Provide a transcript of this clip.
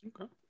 Okay